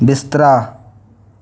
बिस्तरा